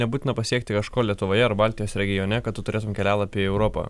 nebūtina pasiekti kažko lietuvoje ar baltijos regione kad tu turėtum kelialapį į europą